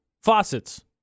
faucets